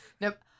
Nope